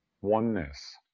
oneness